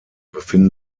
befinden